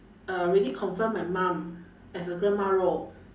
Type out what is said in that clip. already confirm my mum as a grandma role